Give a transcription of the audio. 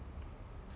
um